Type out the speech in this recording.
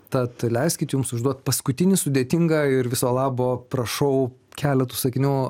tad leiskit jums užduoti paskutinį sudėtingą ir viso labo prašau keletu sakinių